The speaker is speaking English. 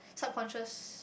subconscious